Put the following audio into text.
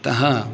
अतः